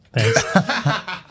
Thanks